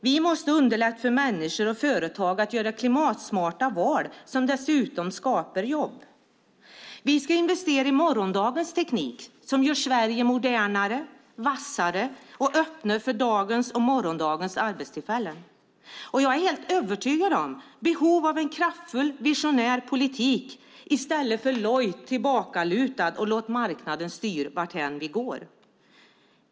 Vi måste underlätta för människor och företag att göra klimatsmarta val som dessutom skapar jobb. Vi ska investera i morgondagens teknik som gör Sverige modernare och vassare och som öppnar för dagens och morgondagens arbetstillfällen. Jag är helt övertygad om behovet av en kraftfull, visionär politik i stället för en lojt tillbakalutad där man låter marknaden styra varthän vi går.